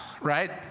right